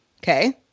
okay